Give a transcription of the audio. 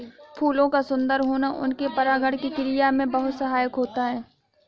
फूलों का सुंदर होना उनके परागण की क्रिया में बहुत सहायक होता है